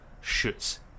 shoots